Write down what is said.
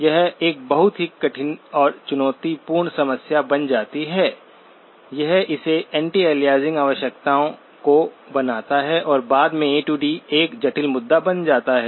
तो यह एक बहुत ही कठिन और चुनौतीपूर्ण समस्या बन जाती है यह इसे एंटी अलियासिंग आवश्यकताओं को बनाता है और बाद में ए डी ADएक जटिल मुद्दा बन जाता है